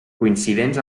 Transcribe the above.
coincidents